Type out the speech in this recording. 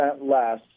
less